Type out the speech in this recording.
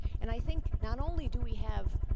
and i think not only do we have,